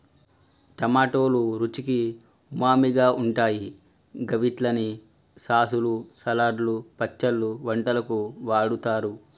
టమాటోలు రుచికి ఉమామిగా ఉంటాయి గవిట్లని సాసులు, సలాడ్లు, పచ్చళ్లు, వంటలకు వాడుతరు